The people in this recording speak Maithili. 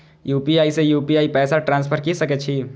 यू.पी.आई से यू.पी.आई पैसा ट्रांसफर की सके छी?